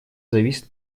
зависит